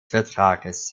vertrages